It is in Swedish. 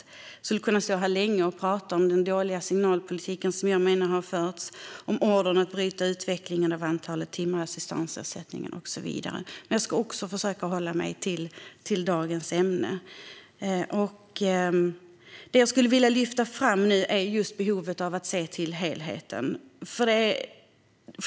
Jag skulle kunna stå här länge och tala om den dåliga signalpolitik som jag menar har förts, om ordern att bryta utvecklingen av antalet timmar inom assistansersättningen och så vidare. Men jag ska också försöka att hålla mig till dagens ämne. Det jag skulle vilja lyfta fram nu är behovet av att se till helheten.